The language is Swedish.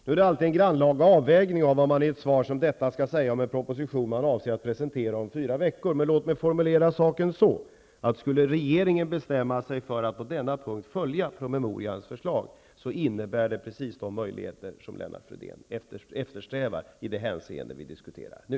Det är alltid en grannlaga avvägning av vad man i ett svar som detta skall säga om en proposition som man avser att presentera om fyra veckor, men låt mig formulera saken så att skulle regeringen bestämma sig för att på denna punkt följa promemorians förslag, så innebär det precis de möjligheter som Lennart Fridén eftersträvar i det hänseende vi diskuterar nu.